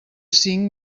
cinc